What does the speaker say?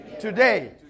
Today